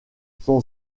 son